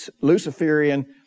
Luciferian